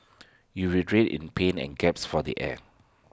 he writhed in pain and gasped for air